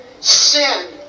Sin